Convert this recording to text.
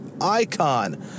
icon